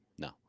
No